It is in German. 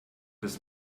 des